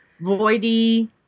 Voidy